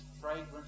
fragrant